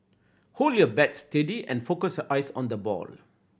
hold your bat steady and focus eyes on the ball